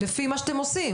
לפי מה שאתם עושים.